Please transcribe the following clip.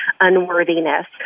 unworthiness